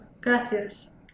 Gracias